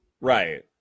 Right